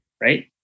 Right